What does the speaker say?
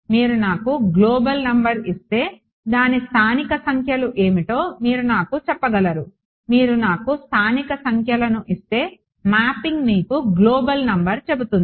మీరు నాకు global number ఇస్తే దాని స్థానిక సంఖ్యలు ఏమిటో మీరు నాకు చెప్పగలరు మీరు నాకు స్థానిక సంఖ్యలను ఇస్తే మ్యాపింగ్ మీకు గ్లోబల్ నంబర్ చెబుతుంది